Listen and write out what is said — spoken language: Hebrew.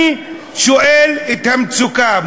אני שואל על המצוקה.